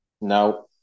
no